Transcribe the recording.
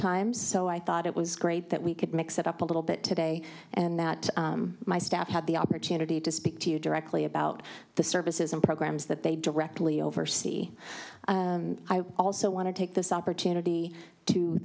times so i thought it was great that we could mix it up a little bit today and that my staff had the opportunity to speak to you directly about the services and programs that they directly oversee i also want to take this opportunity to